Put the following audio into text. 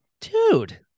Dude